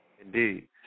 Indeed